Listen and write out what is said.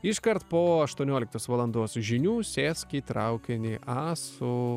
iškart po aštuonioliktos valandos žinių sėsk į traukinį a su